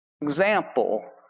example